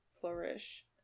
Flourish